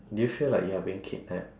do you feel like you're being kidnapped